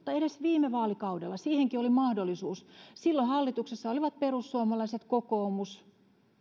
tai edes viime vaalikaudella siihenkin oli mahdollisuus silloin hallituksessa olivat perussuomalaiset ja kokoomus